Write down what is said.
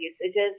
usages